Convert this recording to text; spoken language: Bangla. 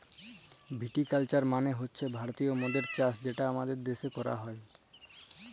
ভিটি কালচার মালে হছে ভারতীয় মদের চাষ যেটা আমাদের দ্যাশে ক্যরা হ্যয়